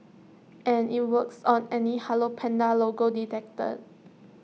and IT works on any hello Panda logo detected